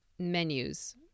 menus